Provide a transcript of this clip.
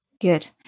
Good